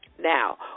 Now